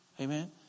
Amen